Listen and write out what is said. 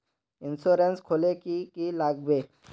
Insurance खोले की की लगाबे?